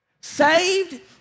Saved